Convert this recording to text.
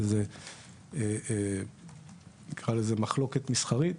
שזה נקרא לזה מחלוקת מסחרית